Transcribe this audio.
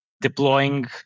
deploying